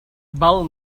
val